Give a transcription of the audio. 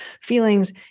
feelings